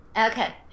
Okay